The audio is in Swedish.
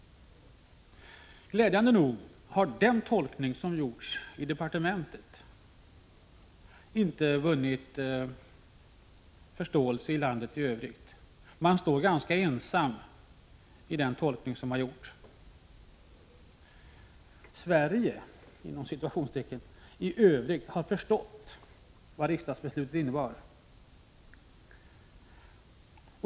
Glädjande nog har den tolkning som gjorts i departementet inte vunnit förståelse ute i landet, utan där står jordbruksministern ganska ensam. ”Sverige” i övrigt har förstått vad riksdagsbeslutet innebar.